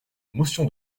motion